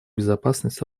безопасность